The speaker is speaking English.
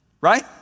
right